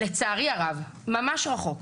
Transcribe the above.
לצערי הרב, ממש רחוק.